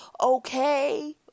okay